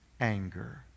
anger